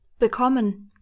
bekommen